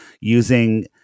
using